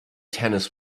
tennis